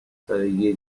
سالگی